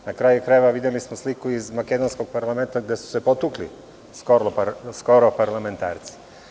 Na kraju krajeva videli smo sliku iz makedonskog parlamenta gde su se skoro potukli parlamentarci.